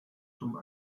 from